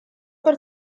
per